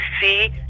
see